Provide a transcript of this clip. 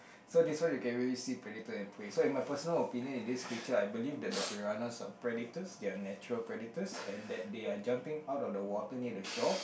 so this one you can really see predator and prey so in my personal opinion in this picture I believe that the piranhas are predators they are natural predators and that they are jumping out the water near the shore